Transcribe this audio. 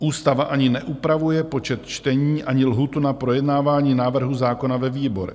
Ústava neupravuje ani počet čtení, ani lhůtu na projednávání návrhu zákona ve výborech.